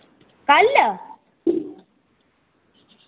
कल